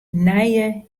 nije